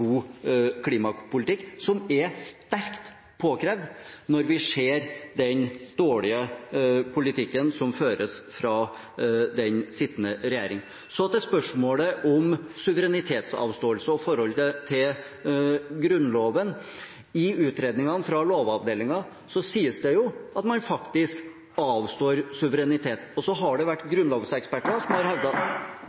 klimapolitikk, noe som er sterkt påkrevd, når vi ser den dårlige politikken som føres fra den sittende regjering. Så til spørsmålet om suverenitetsavståelse og forholdet til Grunnloven: I utredningene fra Lovavdelingen sies det at man faktisk avstår suverenitet. Og så har det vært